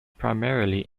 primarily